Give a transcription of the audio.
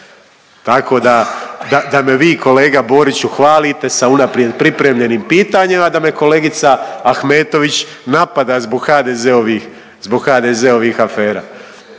da, da me vi kolega Boriću hvalite sa unaprijed pripremljenim pitanjima, da me kolegica Ahmetović napada zbog HDZ-ovih,